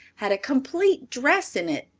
had a complete dress in it,